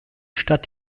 stadt